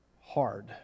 hard